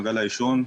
מעגל העישון,